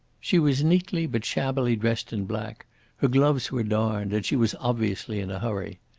she was neatly but shabbily dressed in black her gloves were darned, and she was obviously in a hurry.